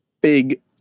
big